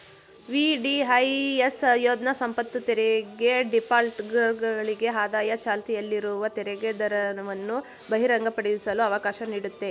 VDIS ಯೋಜ್ನ ಸಂಪತ್ತುತೆರಿಗೆ ಡಿಫಾಲ್ಟರ್ಗಳಿಗೆ ಆದಾಯ ಚಾಲ್ತಿಯಲ್ಲಿರುವ ತೆರಿಗೆದರವನ್ನು ಬಹಿರಂಗಪಡಿಸಲು ಅವಕಾಶ ನೀಡುತ್ತೆ